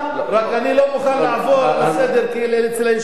רק אני לא מוכן לעבור לסדר אצל היושב-ראש.